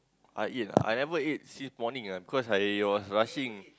I eat ah I never ate since morning ah because I was rushing